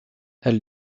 elle